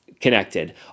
connected